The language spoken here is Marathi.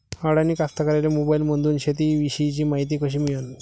अडानी कास्तकाराइले मोबाईलमंदून शेती इषयीची मायती कशी मिळन?